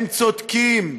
הם צודקים,